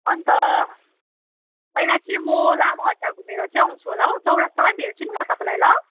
अन्त पहिला चाहिँ म लामा हट्टा घुमेर चाहिँ आउँछु होला हौ चौरस्तामै भेट्छु नि म तपाईँलाई ल